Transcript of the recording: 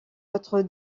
autre